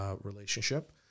relationship